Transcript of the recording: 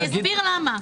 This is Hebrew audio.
אני אסביר למה.